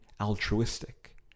altruistic